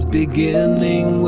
beginning